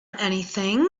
anything